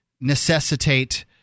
necessitate